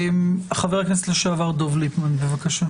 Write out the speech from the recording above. חבר הכנסת לשעבר דב ליפמן, בבקשה.